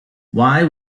why